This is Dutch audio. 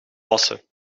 wassen